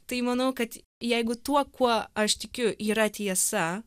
tai manau kad jeigu tuo kuo aš tikiu yra tiesa